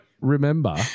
remember